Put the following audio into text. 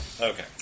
Okay